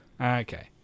Okay